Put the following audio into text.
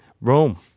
Rome